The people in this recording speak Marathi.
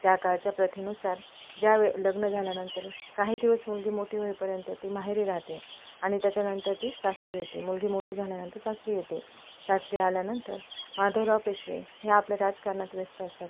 त्या काळच्या प्रथेनुसार ज्या वेळ लग्न झाल्यानंतर काही दिवस मुलगी मोठी होईपर्यंत ती माहेरी राहते आणि त्याच्यानंतर ती सासरी येते मुलगी मोठी झाल्यानंतर सासरी येते सासरी आल्यानंतर माधवराव पेशवे ह्या आपल्या राजकारणात व्यस्त असतात